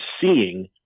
seeing